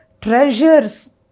treasures